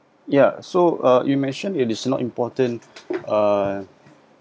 ya so uh you mentioned it is not important uh